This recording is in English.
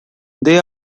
they